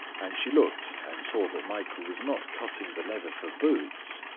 and she looked and saw that michael was not cutting the leather for boots,